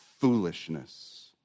foolishness